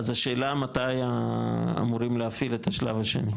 אז השאלה מתי אמורים להפעיל את השלב השני?